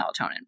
melatonin